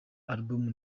album